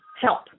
help